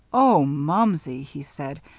oh, mumsey! he said.